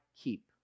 keep